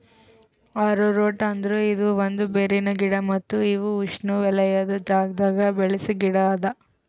arrowroot ಅಂದುರ್ ಇದು ಒಂದ್ ಬೇರಿನ ಗಿಡ ಮತ್ತ ಇವು ಉಷ್ಣೆವಲಯದ್ ಜಾಗದಾಗ್ ಬೆಳಸ ಗಿಡ ಅದಾ